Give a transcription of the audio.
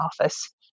office